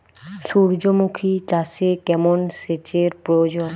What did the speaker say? সূর্যমুখি চাষে কেমন সেচের প্রয়োজন?